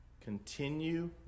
Continue